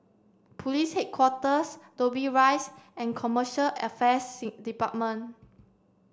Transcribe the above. Police Headquarters Dobbie Rise and Commercial Affairs Department